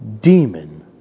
demon